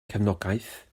cefnogaeth